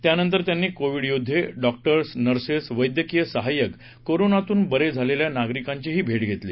त्यानंतर त्यांनी कोवीड योद्वे डॉक्टर नर्सेस वद्यक्रीय सहाय्यक कोरोनातून बरे झालेल्या नागरिकांचीही भेट घेतली